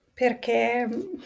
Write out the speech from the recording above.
perché